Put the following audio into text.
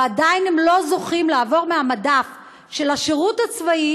ועדיין הם לא זוכים לעבור מהמדף של השירות הצבאי